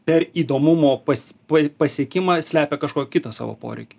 per įdomumo pas pa pasiekimą slepia kažko kitą savo poreikį